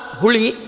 huli